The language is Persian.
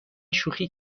شوخی